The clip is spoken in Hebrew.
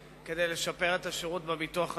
כדי לשפר את השירות בביטוח הלאומי.